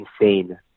insane